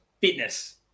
fitness